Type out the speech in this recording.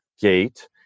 gate